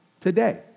today